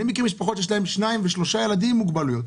אני מכיר משפחות שיש להם שניים או שלושה ילדים עם מוגבלויות,